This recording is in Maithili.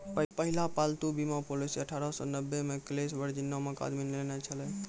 पहिला पालतू बीमा पॉलिसी अठारह सौ नब्बे मे कलेस वर्जिन नामो के आदमी ने लेने छलै